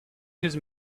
his